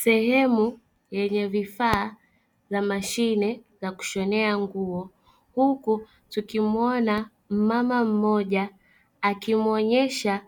Sehemu yenye vifaa za mashine za kushonea nguo, huku tukimuona mmama mmoja akimwonyesha